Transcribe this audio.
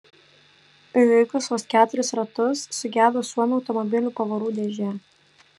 įveikus vos keturis ratus sugedo suomio automobilio pavarų dėžė